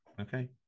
okay